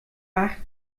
acht